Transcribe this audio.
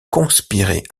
conspirer